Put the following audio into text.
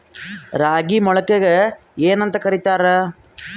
ರಾಗಿ ಮೊಳಕೆಗೆ ಏನ್ಯಾಂತ ಕರಿತಾರ?